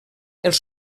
els